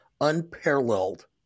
unparalleled